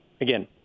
again